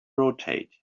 rotate